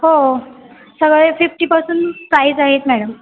हो सगळे फिफ्टीपासून प्राईज आहेत मॅडम